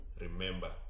Remember